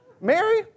Mary